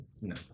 No